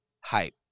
hype